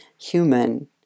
Human